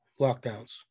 lockdowns